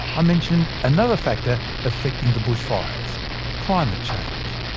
i mentioned another factor affecting the bushfires climate change.